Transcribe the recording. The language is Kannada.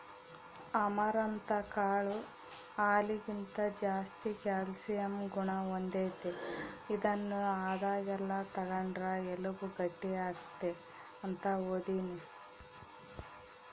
ಅಮರಂತ್ ಕಾಳು ಹಾಲಿಗಿಂತ ಜಾಸ್ತಿ ಕ್ಯಾಲ್ಸಿಯಂ ಗುಣ ಹೊಂದೆತೆ, ಇದನ್ನು ಆದಾಗೆಲ್ಲ ತಗಂಡ್ರ ಎಲುಬು ಗಟ್ಟಿಯಾಗ್ತತೆ ಅಂತ ಓದೀನಿ